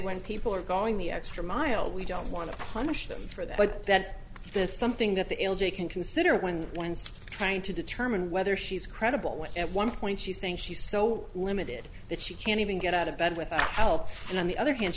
when people are going the extra mile we don't want to punish them for that but that that's something that the l j can consider when one's trying to determine whether she's credible which at one point she's saying she's so limited that she can't even get out of bed without help and on the other hand